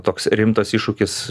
toks rimtas iššūkis